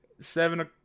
seven